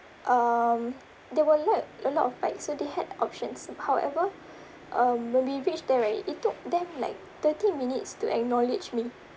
um there were a lot a lot of bike so they had options however um when we reached there right it took them like thirty minutes to acknowledge me